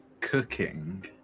cooking